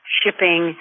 shipping